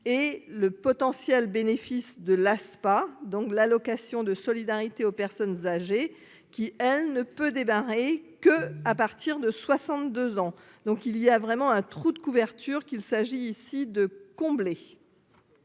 et le potentiel bénéfice de l'Aspa, donc l'allocation de solidarité aux personnes âgées qui, elle, ne peut démarrer que à partir de 62 ans, donc il y a vraiment un trou de couverture, qu'il s'agit ici de combler.